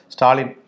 Stalin